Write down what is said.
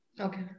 Okay